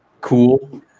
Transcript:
cool